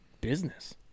business